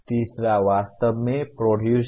तीसरा वास्तव में प्रोड्यूस है